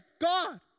God